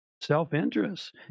self-interest